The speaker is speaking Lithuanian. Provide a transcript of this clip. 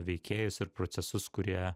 veikėjus ir procesus kurie